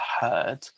heard